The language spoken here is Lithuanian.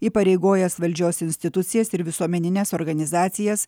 įpareigojęs valdžios institucijas ir visuomenines organizacijas